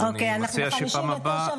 אז אני מציע שבחוק הבא --- אוקיי.